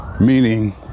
Meaning